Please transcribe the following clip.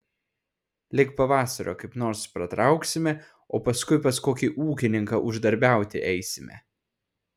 lig pavasario kaip nors pratrauksime o paskui pas kokį ūkininką uždarbiauti eisime